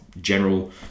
general